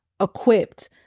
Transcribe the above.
equipped